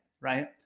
right